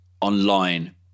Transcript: online